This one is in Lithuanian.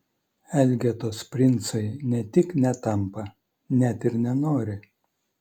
elgetos princai ne tik netampa net ir nenori